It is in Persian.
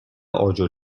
آجر